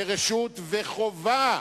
ורשות, וחובה,